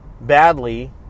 badly